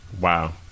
Wow